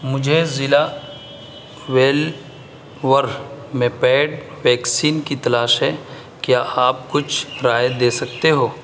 مجھے ضلع ویلور میں پیڈ ویکسین کی تلاش ہے کیا آپ کچھ رائے دے سکتے ہو